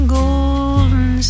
golden